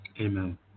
Amen